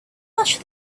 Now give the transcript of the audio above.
much